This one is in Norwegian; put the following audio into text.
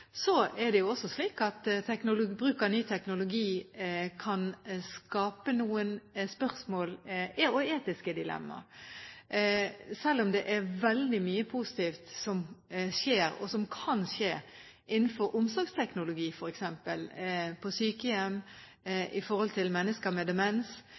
Så er det også slik at bruk av ny teknologi kan skape noen etiske dilemmaer. Det er veldig mye positivt som skjer, og som kan skje, innenfor f.eks. omsorgsteknologi, på sykehjem